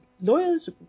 lawyers